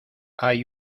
hay